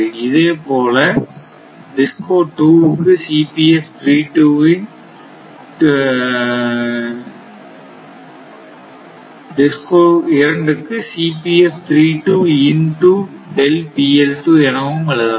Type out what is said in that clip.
இதே போல DISCO 2 க்கு இன் டூ எனவும் எழுதலாம்